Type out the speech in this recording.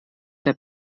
der